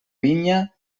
vinya